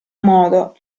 modo